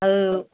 ଆଉ